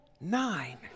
nine